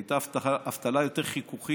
היא הייתה אבטלה יותר חיכוכית,